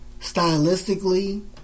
stylistically